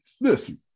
Listen